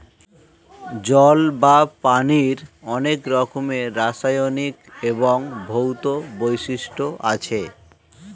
জল বা পানির অনেক রকমের রাসায়নিক এবং ভৌত বৈশিষ্ট্য আছে